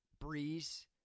Breeze